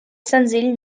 senzill